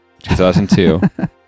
2002